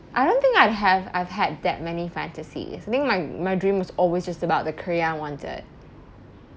I don't think I have I've had that many fantasies I think my my dream was always just about the career I wanted